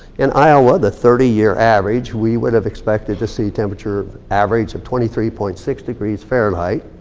in iowa, the thirty year average we would have expected to see temperature average of twenty three point six degrees fahrenheit,